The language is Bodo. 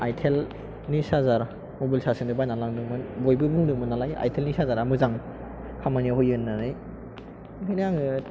आइटेल नि सार्जार मबाइल सार्ज होनो बायनानै लांदोंमोन बयबो बुंदोंमोन नालाय आइटेल नि सार्जार आ मोजां खामानियाव होयो होननानै बेनिखायनो आङो